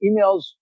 emails